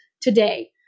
today